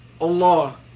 Allah